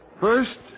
First